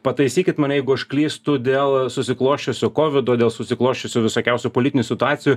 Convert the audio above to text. pataisykit mane jeigu aš klystu dėl susiklosčiusio kovido dėl susiklosčiusių visokiausių politinių situacijų